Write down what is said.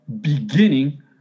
beginning